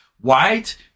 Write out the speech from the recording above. white